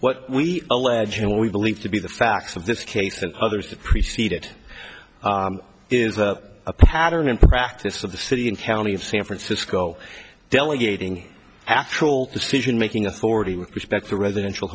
what we allege and what we believe to be the facts of this case and others that preceded is a pattern and practice of the city and county of san francisco delegating actual decision making authority with respect to residential